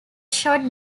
shot